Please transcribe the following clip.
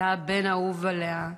הוא היה הבן האהוב עליה.